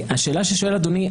השאלה של אדוני,